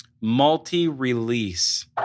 multi-release